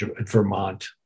Vermont